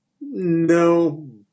no